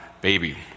baby